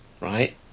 right